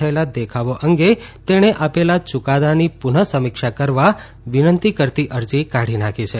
થયેલા દેખાવો અંગે તેણે આપેલા યૂકાદાની પુનઃ સમીક્ષા કરવા વિનંતી કરતી અરજી કાઢી નાખી છે